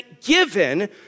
given